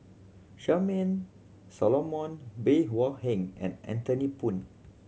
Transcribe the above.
Charmaine Solomon Bey Hua Heng and Anthony Poon